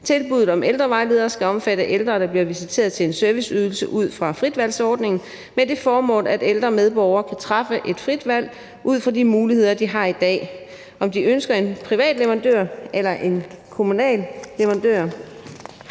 Tilbuddet om ældrevejleder skal omfatte ældre, der bliver visiteret til en serviceydelse ud fra fritvalgsordningen, med det formål, at ældre medborgere kan træffe et frit valg ud fra de muligheder, de har i dag. Om de ønsker en privat leverandør eller en kommunal leverandør,